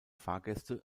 fahrgäste